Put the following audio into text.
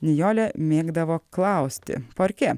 nijolė mėgdavo klausti parke